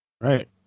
Right